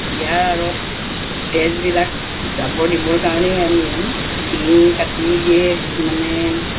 ইয়াৰ আঁৰত তেজবিলাক যাব দিবৰ কাৰণেই আমি ডিঙি কাটি দিয়ে কিছুমানে